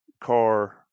car